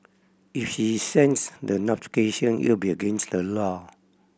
if she sends the notification it would be against the law